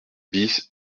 bis